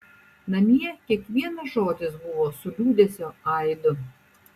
namie kiekvienas žodis buvo su liūdesio aidu